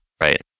Right